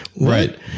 Right